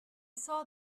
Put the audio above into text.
saw